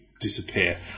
disappear